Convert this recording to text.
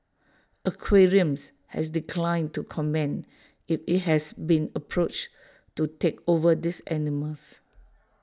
aquariums has declined to comment if IT has been approached to take over these animals